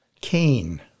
Cain